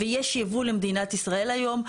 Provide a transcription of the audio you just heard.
ויש ייבוא למדינת ישראל היום.